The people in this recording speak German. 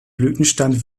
blütenstand